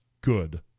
good